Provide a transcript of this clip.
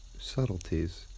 subtleties